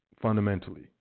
fundamentally